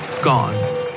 gone